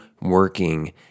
working